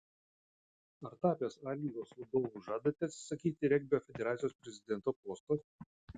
ar tapęs a lygos vadovu žadate atsisakyti regbio federacijos prezidento posto